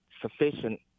sufficient